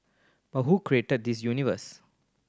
but who created this universe